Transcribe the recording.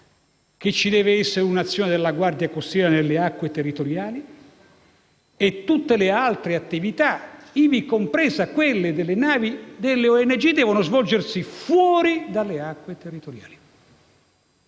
che ci deve essere un'azione della Guardia costiera nelle acque territoriali e tutte le altre attività, ivi comprese quelle delle navi delle organizzazioni non governative, devono svolgersi fuori dalle acque territoriali.